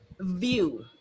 view